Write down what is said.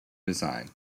design